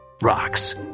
rocks